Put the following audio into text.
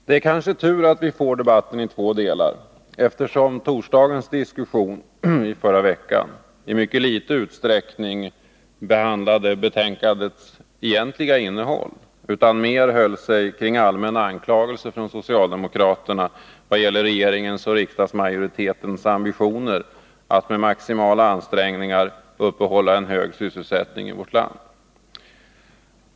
Det är kanske tur att vi får debatten i två delar, eftersom torsdagens diskussion föregående vecka i mycket liten utsträckning behandlade betänkandets egentliga innehåll utan mer höll sig kring allmänna anklagelser från socialdemokraterna vad gäller regeringens och riksdagsmajoritetens ambitioner att med maximala ansträngningar uppehålla en hög sysselsättning i vårt land.